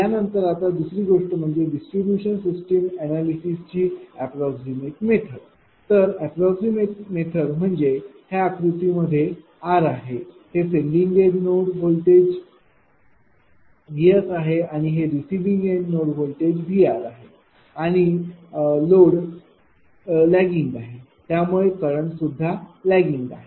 यानंतर आता दुसरी गोष्ट म्हणजे डिस्ट्रीब्यूशन सिस्टीम अनैलिसिस ची अप्राक्समैट मेथड तर अप्राक्समैट मेथड म्हणजे ह्या आकृती मध्ये r आहे हे सेंडिंग एन्ड व्होल्टेज VSआहे आणि हे रिसिविंग एन्ड व्होल्टेज VRआहे आणि लोड लैगिंग आहे त्यामुळे करंट सुद्धा लैगिंग आहे